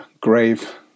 grave